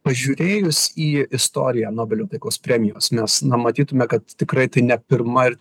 pažiūrėjus į istoriją nobelio taikos premijos mes na matytume kad tikrai tai ne pirma ir